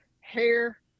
hair